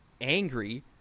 angry